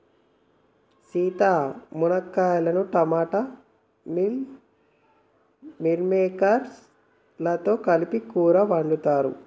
సీత మునక్కాయలను టమోటా మిల్ మిల్లిమేకేర్స్ లతో కలిపి కూరని వండుతారు